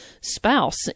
spouse